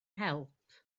help